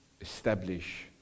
establish